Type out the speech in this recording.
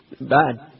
Bad